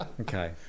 Okay